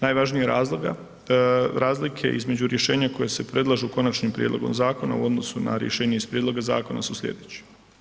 Najvažnije razloga, razlike između rješenja koja se predlažu konačnim prijedlogom zakona u odnosu na rješenje iz prijedloga zakona su slijedeće.